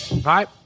Hi